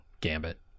gambit